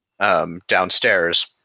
downstairs